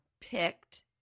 picked